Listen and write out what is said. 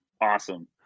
Awesome